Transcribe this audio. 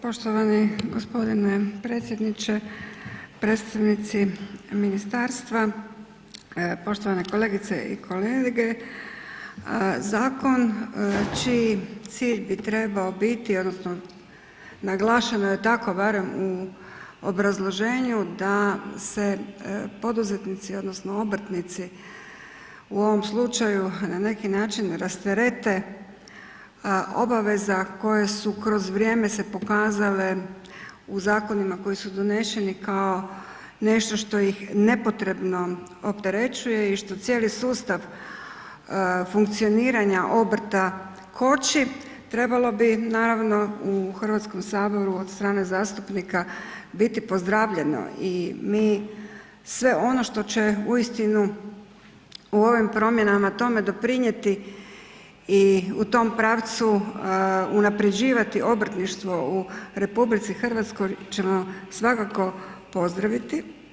Poštovani gospodine predsjedniče, predstavnici ministarstva, poštovane kolegice i kolege zakon čiji cilj bi trebao biti odnosno naglašeno je tako barem u obrazloženju da se poduzetnici odnosno obrtnici u ovom slučaju na neki način rasterete obaveza koje su kroz vrijeme se pokazale u zakonima koji su doneseni kao nešto što ih nepotrebno opterećuje i što cijeli sustav funkcioniranja obrta koči, trebalo bi naravno u Hrvatskom saboru od strane zastupnika biti pozdravljeno i mi sve ono što će uistinu u ovim promjenama tome doprinijeti i u tom pravcu unaprjeđivati obrtništvo u RH ćemo svakako pozdraviti.